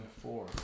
four